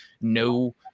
no